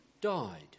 died